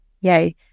Yay